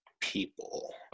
people